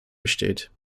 besteht